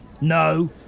No